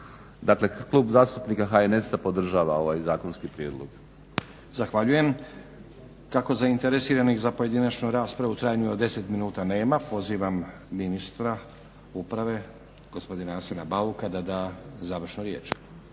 Dakle Klub zastupnika HNS-a podržava ovaj zakonski prijedlog. **Stazić, Nenad (SDP)** Zahvaljujem. Kako zainteresiranih za pojedinačnu raspravu u trajanju od 10 minuta nema pozivam ministra uprave gospodina Arsena Bauka da da završnu riječ.